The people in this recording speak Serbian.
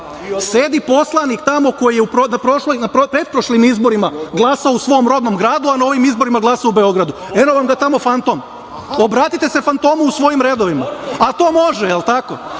Sedi poslanik tamo koji je na pretprošlim izborima glasao u svom rodnom gradu, a na ovim izborima glasao u Beogradu. Eno vam ga tamo fantom. Obratite se fantomu u svojim redovima. A to može? To